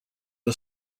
are